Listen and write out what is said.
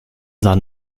san